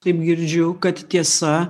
taip girdžiu kad tiesa